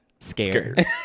Scared